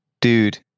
dude